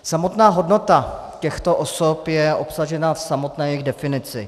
Samotná hodnota těchto osob je obsažena v samotné jejich definici.